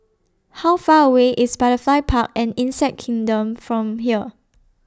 How Far away IS Butterfly Park and Insect Kingdom from here